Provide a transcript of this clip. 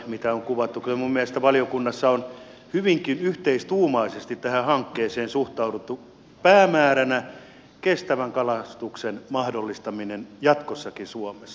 kyllä minun mielestäni valiokunnassa on hyvinkin yhteistuumaisesti tähän hankkeeseen suhtauduttu päämääränä kestävän kalastuksen mahdollistaminen jatkossakin suomessa